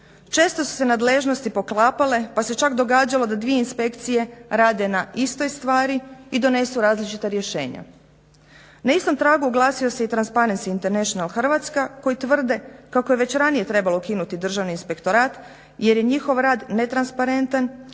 Često su se nadležnosti poklapale pa se čak događalo da dvije inspekcije rade na istoj stvari i donesu različita rješenja. Na istom tragu oglasio se i Transparent International Hrvatska koji tvrde kako je već ranije trebalo ukinuti Državni inspektorat jer je njihov rad netransparentan